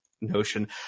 notion